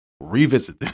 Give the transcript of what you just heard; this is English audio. revisit